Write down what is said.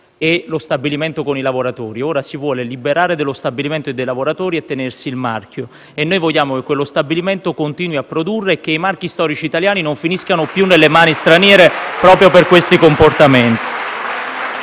e lo stabilimento con i lavoratori. Ora, si vuole liberare dello stabilimento e dei lavoratori e tenersi il marchio. E noi invece vogliamo che quello stabilimento continui a produrre e che i marchi storici italiani non finiscano più nelle mani straniere proprio per questi comportamenti.